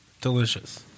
Delicious